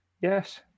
Yes